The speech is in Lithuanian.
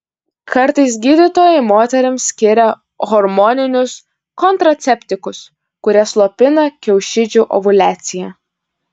kartais gydytojai moterims skiria hormoninius kontraceptikus kurie slopina kiaušidžių ovuliaciją